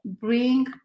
bring